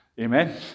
amen